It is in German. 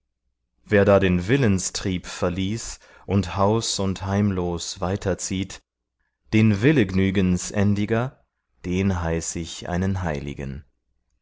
wer da den willenstrieb verließ und haus und heimlos weiterzieht den willegnügensendiger den heiß ich einen heiligen